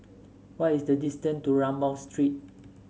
what is the distance to Rambau Street